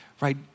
right